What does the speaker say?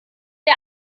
der